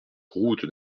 route